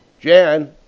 Jan